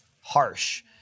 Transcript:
Harsh